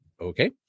okay